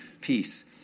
peace